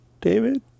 David